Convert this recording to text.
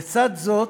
לצד זאת,